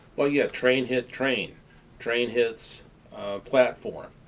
well, yeah train hit train train hits platform